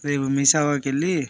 రేపు మీ సేవా కెళ్ళి